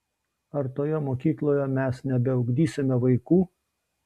ar toje mokykloje mes nebeugdysime vaikų